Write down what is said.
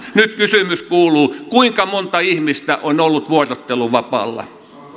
nyt kysymys kuuluu kuinka monta ihmistä on ollut vuorotteluvapaalla